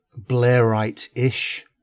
Blairite-ish